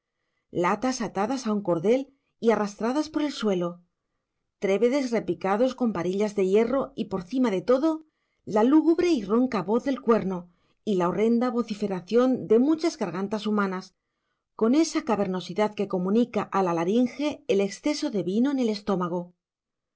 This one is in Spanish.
latas atadas a un cordel y arrastradas por el suelo trébedes repicados con varillas de hierro y por cima de todo la lúgubre y ronca voz del cuerno y la horrenda vociferación de muchas gargantas humanas con esa cavernosidad que comunica a la laringe el exceso de vino en el estómago